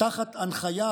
תחת הנחיה,